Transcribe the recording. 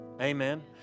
Amen